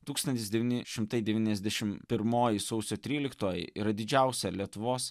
tūkstantis devyni šimtai devyniasdešim pirmoji sausio tryliktoji yra didžiausia lietuvos